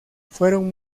fueron